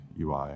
UI